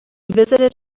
visited